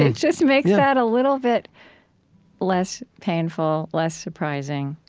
and just makes that a little bit less painful, less surprising.